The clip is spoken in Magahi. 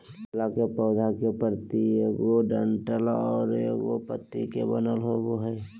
केला के पौधा के पत्ति एगो डंठल आर एगो पत्ति से बनल होबो हइ